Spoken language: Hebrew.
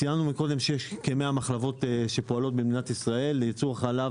ציינו שיש כ-100 מחלבות שפועלות במדינת ישראל לייצור חלב,